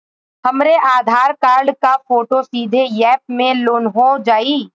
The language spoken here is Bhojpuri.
हमरे आधार कार्ड क फोटो सीधे यैप में लोनहो जाई?